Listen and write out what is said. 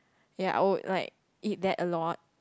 ya I would like eat that a lot